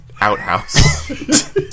outhouse